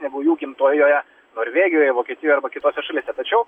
negu jų gimtojoje norvegijoje vokietijoj arba kitose šalyse tačiau